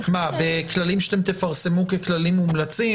בכללים שאתם תפרסמו ככללים מומלצים?